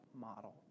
model